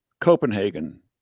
Copenhagen